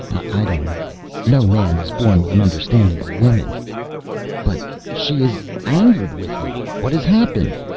i don't know. no man is born with an understanding of women but she is angered with you. what has happened?